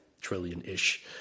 trillion-ish